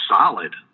solid